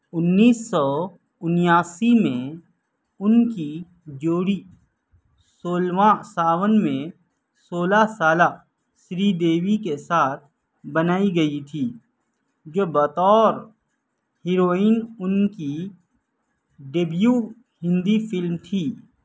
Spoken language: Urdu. انیس سو انیاسی میں ان کی جوڑی سولہواں ساون میں سولہ سالہ سری دیوی کے ساتھ بنائی گئی تھی جو بطور ہیروئن ان کی ڈیبیو ہندی فلم تھی